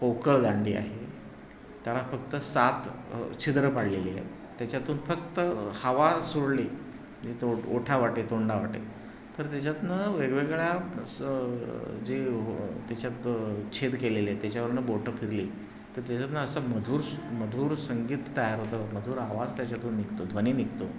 पोकळ दांडी आहे त्याला फक्त सात छिद्रं पाडलेली आहे त्याच्यातून फक्त हवा सोडली जे तो ओठावाटे तोंडावाटे तर त्याच्यातून वेगवेगळ्या स जे त्याच्यात छेद केलेले आहेत त्याच्यावरून बोटं फिरली तर त्याच्यातून असं मधुर मधुर संगीत तयार होतं मधुर आवाज त्याच्यातून निघतो ध्वनी निघतो